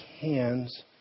hands